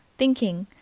thinking,